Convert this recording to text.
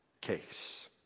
case